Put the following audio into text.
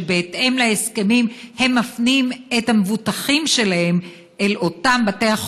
ובהתאם להסכמים הם מפנים את המבוטחים שלהם אל אותם בתי החולים,